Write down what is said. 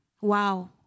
Wow